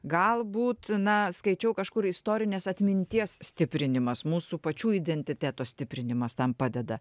galbūt na skaičiau kažkur istorinės atminties stiprinimas mūsų pačių identiteto stiprinimas tam padeda